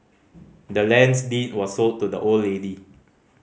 the land's deed was sold to the old lady